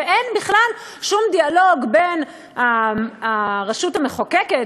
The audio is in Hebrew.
ואין בכלל שום דיאלוג בין הרשות המחוקקת,